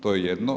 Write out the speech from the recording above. To je jedno.